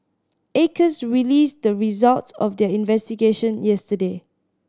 acres released the results of their investigation yesterday